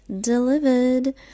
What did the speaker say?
delivered